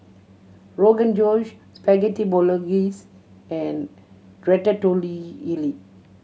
Rogan Josh Spaghetti Bolognese and Ratatouille